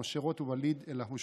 משה רוט וואליד אלהואשלה.